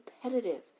competitive